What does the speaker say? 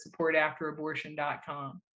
supportafterabortion.com